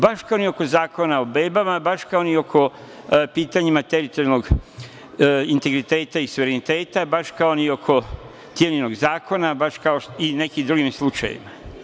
Baš kao ni oko zakona o bebama, baš kao ni oko pitanja teritorijalnog integriteta i suvereniteta, baš kao ni oko Tijaninog zakona i u nekim drugim slučajevima.